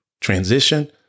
transition